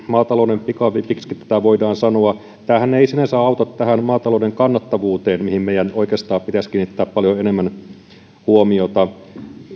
maatalouden pikavipiksikin tätä voidaan sanoa tämähän ei sinänsä auta maatalouden kannattavuuteen mihin meidän oikeastaan pitäisi kiinnittää paljon enemmän huomiota